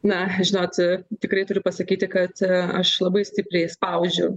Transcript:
na žinot tikrai turiu pasakyti kad aš labai stipriai spaudžiu